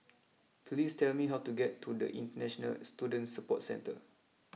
please tell me how to get to International Student Support Centre